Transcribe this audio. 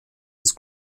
was